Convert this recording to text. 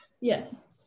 Yes